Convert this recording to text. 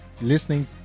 listening